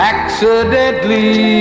Accidentally